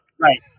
right